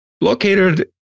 located